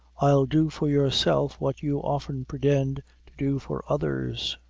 i'll do for yourself what you often pretend to do for others